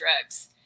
drugs